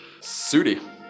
Sudi